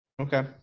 Okay